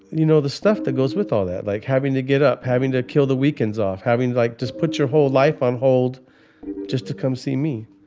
you know, the stuff that goes with all that, like having to get up having to kill the weekends off, having like, just put your whole life on hold just to come see me.